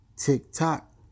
Tick-tock